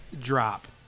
drop